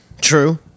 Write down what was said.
True